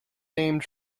named